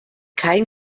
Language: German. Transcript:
kein